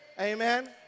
Amen